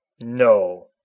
No